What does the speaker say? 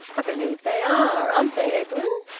i believe they are. aren't they, edwin?